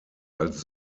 als